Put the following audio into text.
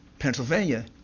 Pennsylvania